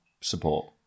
support